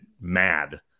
mad